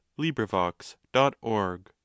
librivox.org